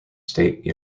state